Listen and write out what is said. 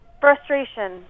frustration